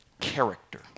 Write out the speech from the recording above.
character